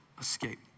escape